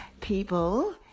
people